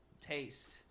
taste